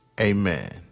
amen